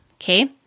okay